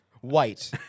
White